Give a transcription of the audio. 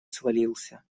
свалился